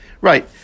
Right